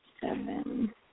seven